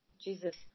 Jesus